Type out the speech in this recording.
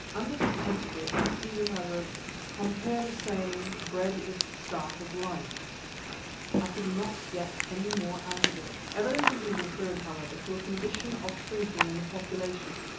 under this entry i see that i wrote compare the saying, bread is the staff of life i could not get any more out of him. evidently he referred, however, to a condition of shrinking in the population,